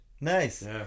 Nice